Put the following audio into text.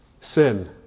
Sin